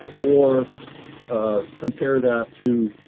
or compare that to,